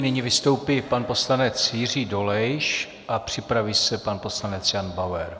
Nyní vystoupí pan poslanec Jiří Dolejš a připraví se pan poslanec Jan Bauer.